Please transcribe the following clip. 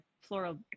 floral